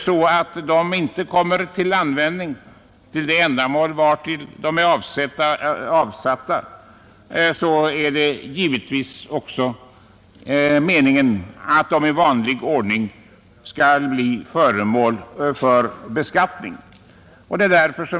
Kommer de inte till användning för det ändamål, vartill de är avsatta, är det givetvis meningen att de i vanlig ordning skall bli föremål för beskattning.